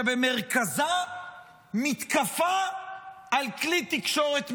שבמרכזה מתקפה על כלי תקשורת מרכזי,